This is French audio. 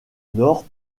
nord